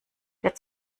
der